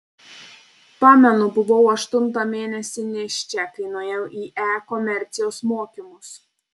pamenu buvau aštuntą mėnesį nėščia kai nuėjau į e komercijos mokymus